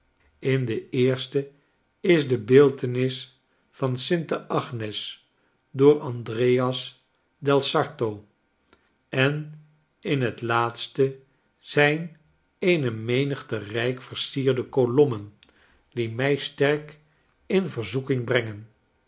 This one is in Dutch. in de eerste is de beeltenis van sinte agnes door andreas del sarto en in het laatste zijn eene menigte rijk versierde kolommen die mij sterk in verzoeking brengen